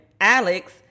Alex